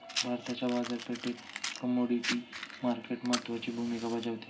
भारताच्या बाजारपेठेत commodity market महत्त्वाची भूमिका बजावते